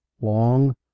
long